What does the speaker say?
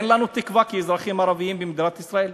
אין לנו תקווה כאזרחים ערבים במדינת ישראל,